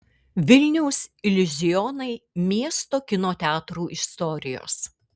vilniaus iliuzionai miesto kino teatrų istorijos